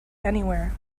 anywhere